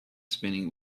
spinning